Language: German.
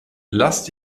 lasst